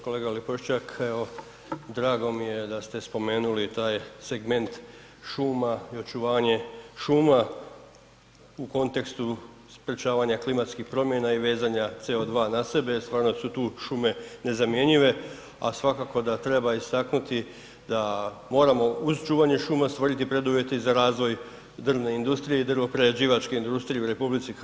Kolega Lipošćak evo drago mi je da ste spomenuli taj segment šuma i očuvanje šuma u kontekstu sprječavanja klimatskih promjena i vezanja CO2 na sebe, stvarno su tu šume nezamjenjive, a svakako da treba istaknuti da moramo uz čuvanje šuma stvoriti preduvjete i za razvoj drvne industrije i drvoprerađivačke industrije u RH.